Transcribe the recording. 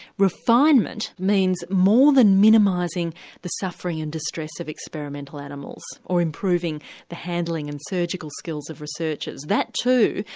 refinement means more than minimising the suffering and distress of experimental animals or improving the handling and surgical skills of researchers. that too,